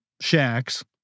shacks